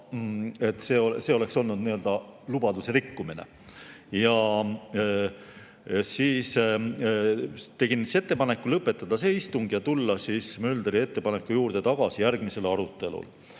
See oleks olnud lubaduse rikkumine. Nii tegin ma ettepaneku lõpetada see istung ja tulla Möldri ettepaneku juurde tagasi järgmisel arutelul.